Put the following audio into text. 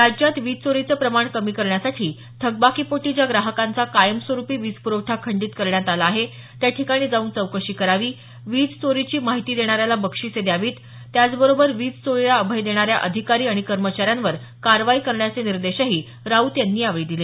राज्यात वीज चोरीचं प्रमाण कमी करण्यासाठी थकबाकीपोटी ज्या ग्राहकांचा कायमस्वरूपी वीज पूरवठा खंडित करण्यात आला आहे त्याठिकाणी जाऊन चौकशी करावी वीज चोरीची माहिती देणाऱ्याला बक्षिसे द्यावीत त्याचबरोबर वीजचोरीला अभय देणाऱ्या अधिकारी आणि कर्मचाऱ्यांवर कारवाई करण्याचे निर्देशही राऊत यांनी यावेळी दिले